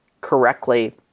correctly